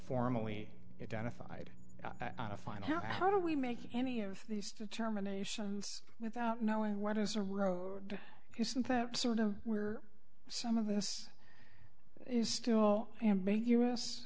formally identified i find how do we make any of these determinations without knowing what is a road isn't that sort of where some of this is still ambiguous